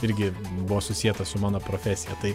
irgi buvo susieta su mano profesija tai